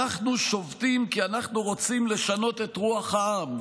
אנחנו שובתים כי אנחנו רוצים לשנות את רוח העם.